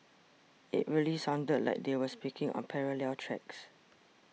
it really sounded like they were speaking on parallel tracks